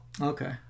okay